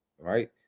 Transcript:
Right